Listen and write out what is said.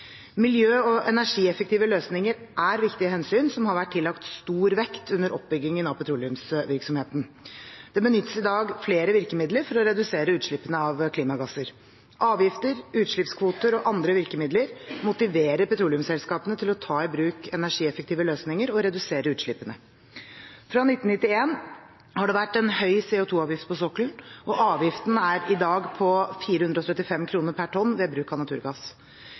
Miljø- og energieffektive løsninger er viktige hensyn som har vært tillagt stor vekt under oppbyggingen av petroleumsvirksomheten. Det benyttes i dag flere virkemidler for å redusere utslippene av klimagasser. Avgifter, utslippskvoter og andre virkemidler motiverer petroleumsselskapene til å ta i bruk energieffektive løsninger og redusere utslippene. Fra 1991 har det vært en høy CO2-avgift på sokkelen, og avgiften er i dag på 435 kr per tonn ved bruk av naturgass.